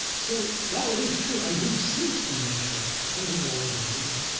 so while it is true i do sleep in russia, i live all over the world.